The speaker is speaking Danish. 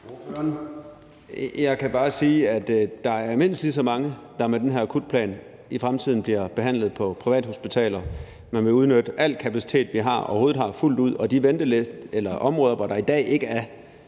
Jeg kan bare sige, at der er mindst lige så mange, som med den her akutplan i fremtiden bliver behandlet på privathospitaler. Man vil udnytte al kapacitet, vi overhovedet har, fuldt ud, og på de områder, hvor der i dag ikke er